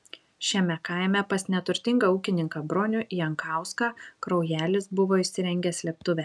šiame kaime pas neturtingą ūkininką bronių jankauską kraujelis buvo įsirengęs slėptuvę